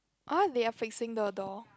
ah they are fixing the door